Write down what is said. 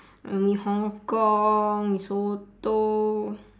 um mee hong kong mee soto